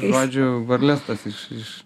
žodžiu varles tas iš iš